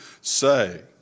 say